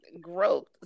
growth